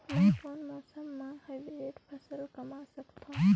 मै कोन मौसम म हाईब्रिड फसल कमा सकथव?